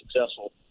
successful